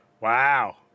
Wow